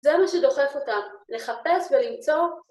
זה מה שדוחף אותם, לחפש ולמצוא.